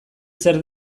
zer